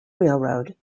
railroad